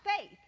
faith